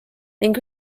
ning